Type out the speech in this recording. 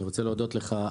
אני רוצה להודות לך,